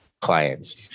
clients